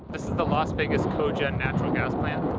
this is the las vegas co-gen natural gas plant.